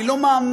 אני לא מאמין,